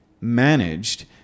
managed